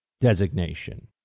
designation